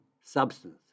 substance